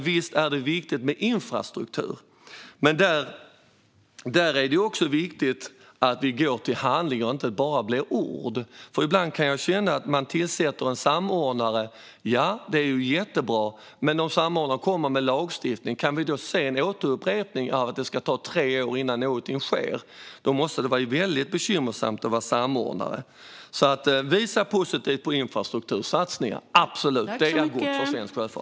Visst är det viktigt med infrastruktur, men det är också viktigt att vi går till handling och att det inte bara blir ord. Man tillsätter en samordnare, och det är jättebra. Men om samordnaren kommer med lagstiftning, får vi då se en upprepning av att det tar tre år innan någonting sker? Då måste det vara väldigt bekymmersamt att vara samordnare. Vi ser positivt på infrastruktursatsningar - absolut! De är bra för svensk sjöfart.